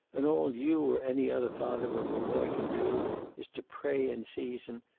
and all you or any other father of a boy can do is to pray in season,